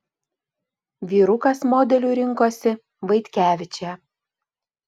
vyrukas modeliu rinkosi vaitkevičę